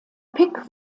pick